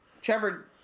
Trevor